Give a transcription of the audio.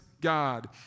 God